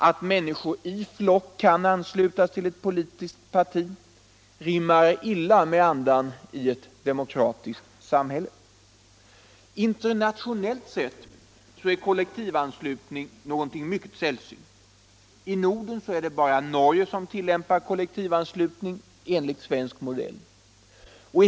Att människor i flock kan anslutas till ett politiskt parti rimmar illa med andan i ett demokratiskt samhälle. Internationellt sett är kollektivanslutning någonting mycket sällsynt. I Norden är det bara Norge som tillämpar kollektivanslutning enligt svensk modell.